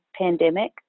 pandemic